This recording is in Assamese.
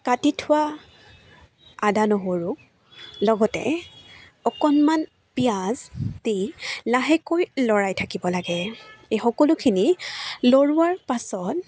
কাটি থোৱা আদা নহৰু লগতে অকণমান পিঁয়াজ দি লাহেকৈ লৰাই থাকিব লাগে এই সকলোখিনি লৰোৱাৰ পাছত